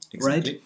right